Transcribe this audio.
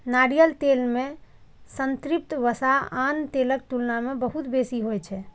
नारियल तेल मे संतृप्त वसा आन तेलक तुलना मे बहुत बेसी होइ छै